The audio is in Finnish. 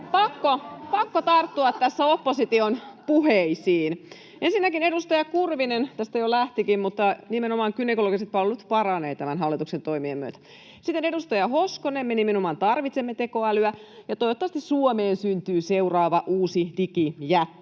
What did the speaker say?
pakko tarttua tässä opposition puheisiin. Ensinnäkin, edustaja Kurvinen tästä jo lähtikin, mutta nimenomaan gynekologiset palvelut paranevat tämän hallituksen toimien myötä. Sitten, edustaja Hoskonen, me nimenomaan tarvitsemme tekoälyä, ja toivottavasti Suomeen syntyyn seuraava uusi digijätti.